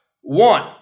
One